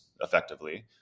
effectively